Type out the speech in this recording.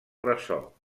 ressò